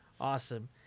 Awesome